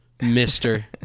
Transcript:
Mister